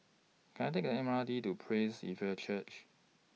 Can I Take M R T to Praise Evangelical Church